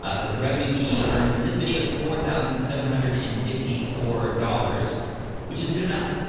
ah but the revenue he earned from this video is four thousand seven hundred and fifty four dollars which is a good amount.